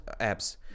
apps